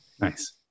Nice